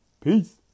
Peace